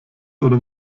oder